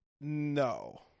No